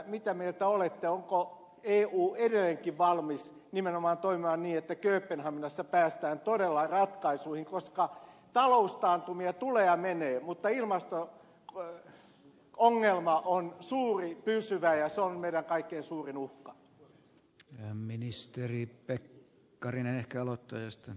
mitä mieltä olette onko eu edelleenkin valmis nimenomaan toimimaan niin että kööpenhaminassa päästään todella ratkaisuihin koska taloustaantumia tulee ja menee mutta ilmasto ongelma on suuri pysyvä ja se on meidän kaikkein suurin uhkamme